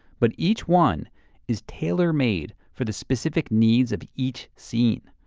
but each one is tailor made for the specific needs of each scene.